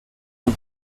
con